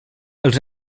els